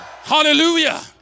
Hallelujah